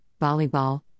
volleyball